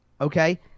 Okay